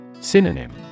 Synonym